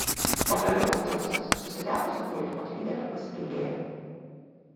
pagaliau dzeusas susitepusio krauju paklydėlio pasigailėjo